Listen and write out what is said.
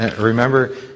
Remember